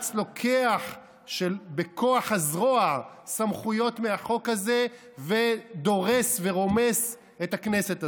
בג"ץ לוקח בכוח הזרוע סמכויות מהחוק הזה ודורס ורומס את הכנסת הזאת.